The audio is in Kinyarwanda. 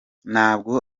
ntabwo